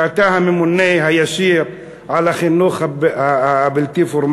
שאתה הממונה הישיר על החינוך הבלתי-פורמלי,